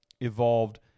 evolved